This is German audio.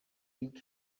sieht